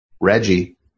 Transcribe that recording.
Reggie